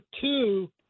two